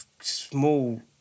small